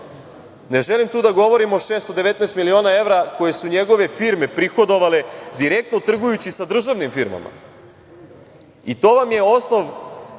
Ne želim tu da govorim o 619 miliona evra koje su njegove firme prihodovale direktno trgujući sa državnim firmama. To vam je osnov